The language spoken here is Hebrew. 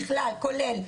בכלל, כולל.